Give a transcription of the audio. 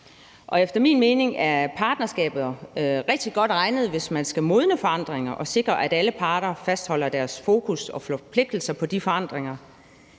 og efter min mening er partnerskaber rigtig godt egnede, hvis man skal modne forandringer og sikre, at alle parter fastholder deres fokus og forpligter sig på de forandringer.